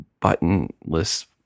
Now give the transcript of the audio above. buttonless